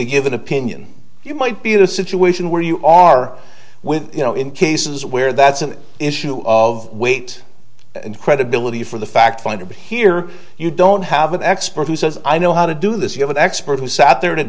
give an opinion you might be the situation where you are with you know in cases where that's an issue of weight and credibility for the fact finder but here you don't have an expert who says i know how to do this you have an expert who sat there to